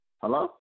Hello